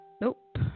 Nope